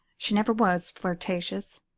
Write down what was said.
she never was flirtatious.